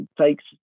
takes